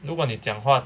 如果你讲话